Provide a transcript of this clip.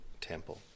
temple